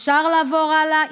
אפשר לעבור הלאה?